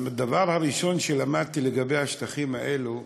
הדבר הראשון שלמדתי לגבי השטחים האלו,